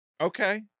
Okay